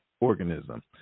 organism